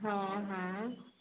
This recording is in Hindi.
हाँ हाँ